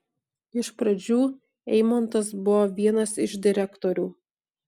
iš pradžių eimontas buvo vienas iš direktorių